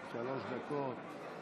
שלוש דקות.